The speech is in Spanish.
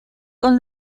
con